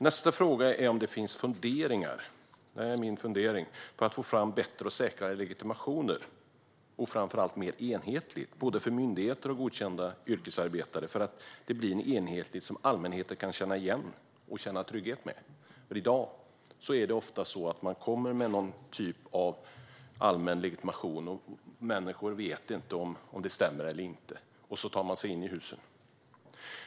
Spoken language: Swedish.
Nästa fråga gäller om man funderar på att ta fram bättre och säkrare - och framför allt mer enhetliga - legitimationer för både myndigheter och godkända yrkesarbetare. Det måste vara enhetligt så att allmänheten kan känna igen dem och känna sig trygga. I dag kommer någon med en allmän legitimation och människor vet inte om det hela stämmer eller inte. På så vis kan man ta sig in i husen.